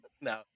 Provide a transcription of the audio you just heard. No